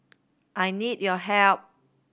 I need your help